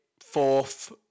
fourth